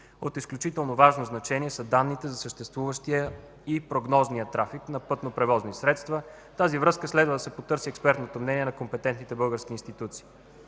От изключително важно значение са данните за съществуващия и прогнозния трафик на пътни превозни средства. В тази връзка следва да се потърси експертното мнение на компетентните български институции.